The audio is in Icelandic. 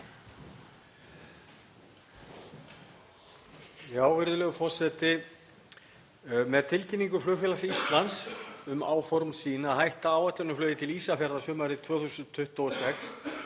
Virðulegur forseti. Með tilkynningu Flugfélags Íslands um áform sín um að hætta áætlunarflugi til Ísafjarðar sumarið 2026